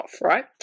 right